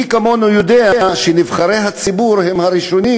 מי כמונו יודע שנבחרי הציבור הם הראשונים